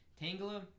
Tangela